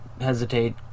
hesitate